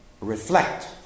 reflect